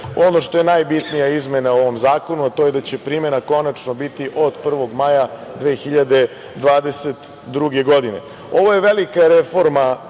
PDV.Ono što je najbitnije izmena u ovom zakonu, a to je da će primena konačno biti od 1. maja 2022. godine. Ovo je velika reforma